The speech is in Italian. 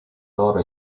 loro